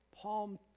palm